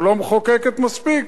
או לא מחוקקת מספיק,